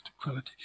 quality